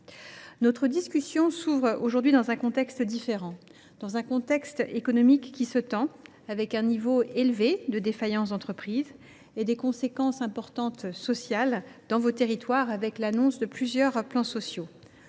Notre discussion s’ouvre aujourd’hui dans un contexte différent, dans un environnement économique qui se tend, avec un niveau élevé de défaillances d’entreprises et d’importantes conséquences sociales dans les territoires, avec l’annonce de plusieurs plans sociaux.